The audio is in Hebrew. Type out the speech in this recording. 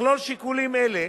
מכלול שיקולים אלה